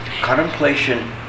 Contemplation